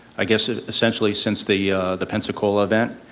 i guess ah essentially since the the pensacola event,